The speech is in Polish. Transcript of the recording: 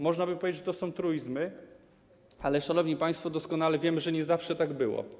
Można by powiedzieć, to że są truizmy, ale szanowni państwo, doskonale wiemy, że nie zawsze tak było.